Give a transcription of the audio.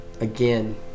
again